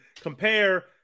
compare